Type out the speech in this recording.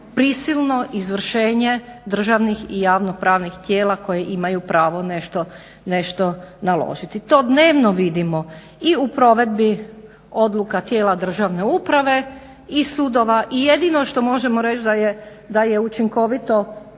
prisilno izvršenje državnih i javnopravnih tijela koje imaju pravo nešto naložiti. To dnevno vidimo i u provedbi odluka tijela državne uprave i sudova. I jedino što možemo reći da je učinkovito